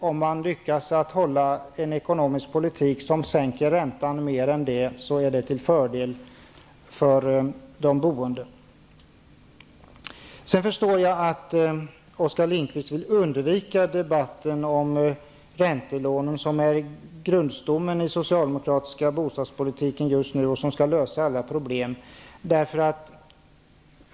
Om man lyckas att föra en ekonomisk politik som sänker räntan mer än detta är det till fördel för de boende. Sedan förstår jag att Oskar Lindkvist vill undvika debatten om räntelånen, vilka är grundstommen i den socialdemokratiska bostadspolitiken just nu och som skall lösa alla problem.